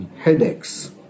headaches